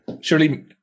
Surely